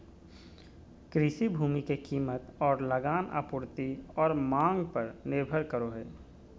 कृषि भूमि के कीमत और लगान आपूर्ति और मांग पर निर्भर करो हइ